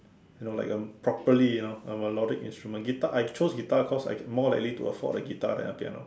no like a properly you know I'm a logic instrument guitar I chose guitar because I'm can more likely to afford a guitar than a piano